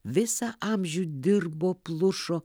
visą amžių dirbo plušo